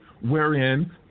wherein